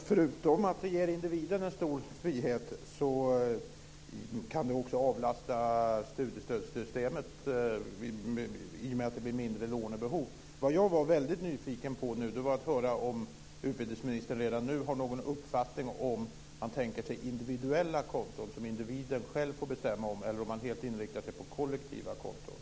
Fru talman! Förutom att vi ger individerna stor frihet kan det avlasta studiestödssystemet i och med att det blir mindre lånebehov. Jag var nyfiken på om utbildningsministern redan nu har någon uppfattning om man tänker sig individuella konton som individen själv får bestämma över eller om man helt inriktar sig på kollektiva konton.